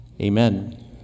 amen